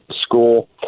school